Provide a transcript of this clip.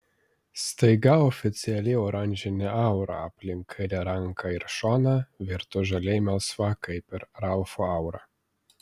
staiga oficiali oranžinė aura aplink kairę ranką ir šoną virto žaliai melsva kaip ir ralfo aura